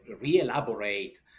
re-elaborate